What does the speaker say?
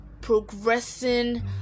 progressing